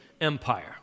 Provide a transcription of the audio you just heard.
empire